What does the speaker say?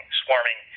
swarming